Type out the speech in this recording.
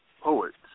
Poets